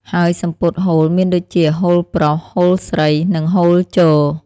ហើយសំពត់ហូលមានដូចជា ហូលប្រុស, ហូលស្រី និងហូលជរ។